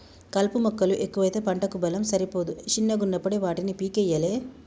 కలుపు మొక్కలు ఎక్కువైతే పంటకు బలం సరిపోదు శిన్నగున్నపుడే వాటిని పీకేయ్యలే